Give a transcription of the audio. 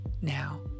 now